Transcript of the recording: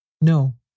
No